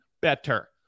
better